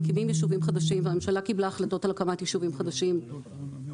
מקימים יישובים חדשים והממשלה קיבלה החלטות על הקמת יישובים חדשים רבים.